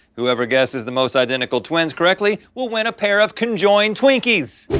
whoever guesses the most identical twins correctly will win a pair of conjoined twinkies.